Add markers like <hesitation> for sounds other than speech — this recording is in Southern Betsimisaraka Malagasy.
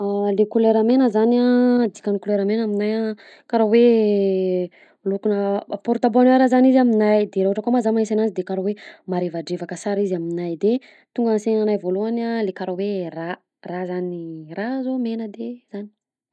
Ah le kolera mena zany dikan'ny kolera mena aminahy karaha hoe <hesitation> lokona porte bonheur zany izy aminahy de raha ohatra koa moa zah mahita ananjy de karaha hoe marevadrevaka sara izy aminahy de tonga ansaina anahy voalohany a le karaha hoe rà rà zany rà zao mena de zay.